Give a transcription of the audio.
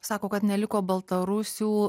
sako kad neliko baltarusių